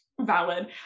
valid